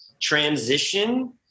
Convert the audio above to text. transition